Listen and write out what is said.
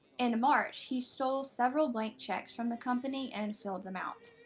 in march, he stole several blank checks from the company and filled them out.